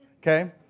okay